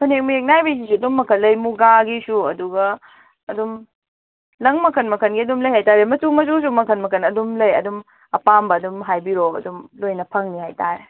ꯐꯅꯦꯛ ꯃꯌꯦꯛ ꯅꯥꯏꯕꯤꯁꯤꯁꯨ ꯑꯗꯨꯝ ꯃꯈꯟ ꯂꯩ ꯃꯨꯒꯥꯒꯤꯁꯨ ꯑꯗꯨꯒ ꯑꯗꯨꯝ ꯂꯪ ꯃꯈꯟ ꯃꯈꯟꯒꯤ ꯑꯗꯨꯝ ꯂꯩ ꯍꯥꯏꯇꯥꯔꯦ ꯃꯆꯨ ꯃꯆꯨꯁꯨ ꯃꯈꯟ ꯃꯈꯟ ꯑꯗꯨꯝ ꯂꯩ ꯑꯗꯨꯝ ꯑꯄꯥꯝꯕ ꯑꯗꯨꯝ ꯍꯥꯏꯕꯤꯔꯛꯑꯣ ꯑꯗꯨꯝ ꯂꯣꯏꯅ ꯐꯪꯅꯤ ꯍꯥꯏꯇꯥꯔꯦ